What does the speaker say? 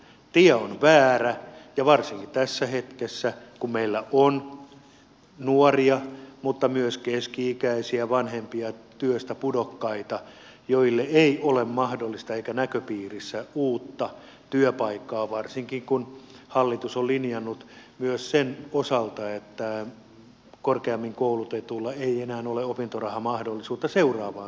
tie on väärä varsinkin tässä hetkessä kun meillä on nuoria mutta myös keski ikäisiä vanhempia työstä pudokkaita joille ei ole mahdollista eikä näköpiirissä uutta työpaikkaa varsinkin kun hallitus on linjannut myös sen osalta että korkeammin koulutetuilla ei enää ole opintorahamahdollisuutta seuraavaan tutkintoon